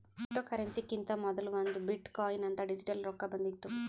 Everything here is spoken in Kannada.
ಕ್ರಿಪ್ಟೋಕರೆನ್ಸಿಕಿಂತಾ ಮೊದಲೇ ಒಂದ್ ಬಿಟ್ ಕೊಯಿನ್ ಅಂತ್ ಡಿಜಿಟಲ್ ರೊಕ್ಕಾ ಬಂದಿತ್ತು